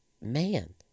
man